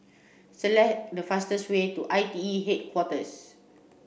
select the fastest way to I T E Headquarters